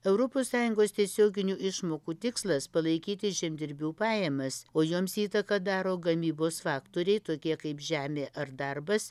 europos sąjungos tiesioginių išmokų tikslas palaikyti žemdirbių pajamas o joms įtaką daro gamybos faktoriai tokie kaip žemė ar darbas